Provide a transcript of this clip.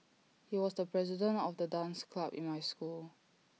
he was the president of the dance club in my school